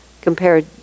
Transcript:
compared